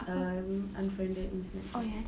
um unfriended in snapchat